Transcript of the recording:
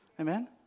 Amen